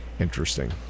interesting